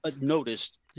noticed